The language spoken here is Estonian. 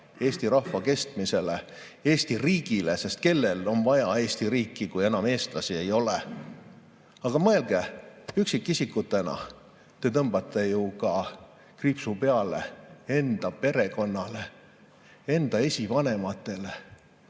Eesti rahva kestmisele, Eesti riigile, sest kellel on vaja Eesti riiki, kui enam eestlasi ei ole. Aga mõelge, üksikisikutena te tõmbate ju ka kriipsu peale enda perekonnale, enda esivanematele.